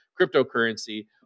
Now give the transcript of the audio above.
cryptocurrency